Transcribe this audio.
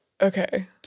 okay